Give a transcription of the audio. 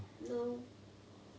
no